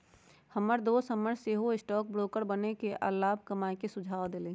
हमर दोस हमरा सेहो स्टॉक ब्रोकर बनेके आऽ लाभ कमाय के सुझाव देलइ